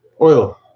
oil